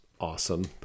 awesome